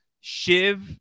Shiv